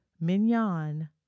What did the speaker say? Mignon